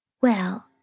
Well